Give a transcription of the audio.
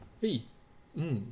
!hey! mm